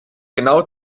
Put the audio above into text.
genau